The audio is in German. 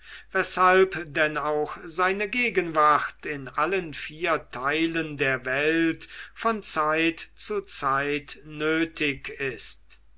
weshalb denn auch seine gegenwart in allen vier teilen der welt von zeit zu zeit nötig ist